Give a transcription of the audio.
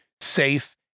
safe